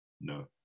No